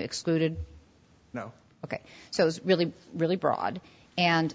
excluded no ok so it's really really broad and